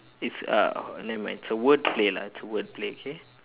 it's a oh nevermind it's a word play lah it's a word play okay